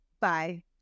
Bye